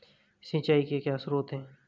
सिंचाई के क्या स्रोत हैं?